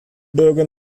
bürgern